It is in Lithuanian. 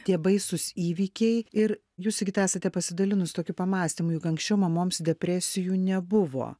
tie baisūs įvykiai ir jūs sigita esate pasidalinus tokiu pamąstymu juk anksčiau mamoms depresijų nebuvo